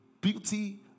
beauty